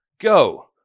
go